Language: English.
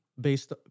based